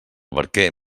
barquer